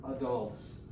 adults